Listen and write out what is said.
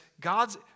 God's